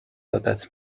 عادت